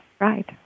right